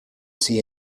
see